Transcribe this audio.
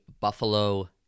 Buffalo